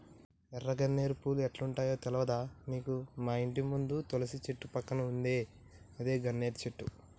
ఎర్ర గన్నేరు పూలు ఎట్లుంటయో తెల్వదా నీకు మాఇంటి ముందు తులసి చెట్టు పక్కన ఉందే అదే గన్నేరు చెట్టు